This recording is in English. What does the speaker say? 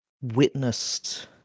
witnessed